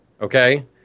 Okay